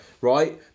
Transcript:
right